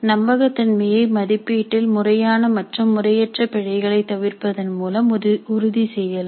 நம்பகத்தன்மையை மதிப்பீட்டில் முறையான மற்றும் முறையற்ற பிழைகளை தவிர்ப்பதன் மூலம் உறுதி செய்யலாம்